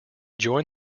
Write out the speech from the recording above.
joined